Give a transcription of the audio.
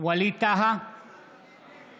ווליד טאהא,